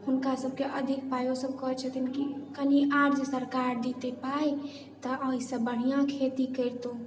हुनका सबके अधिक पाइ ओसब कहैत छथिन कि कनि आर जे सरकार दितै पाइ तऽ ओहिसँ बढ़िआँ खेती करितहुँ